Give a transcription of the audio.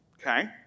Okay